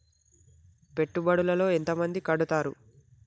పెట్టుబడుల లో ఎంత మంది కడుతరు?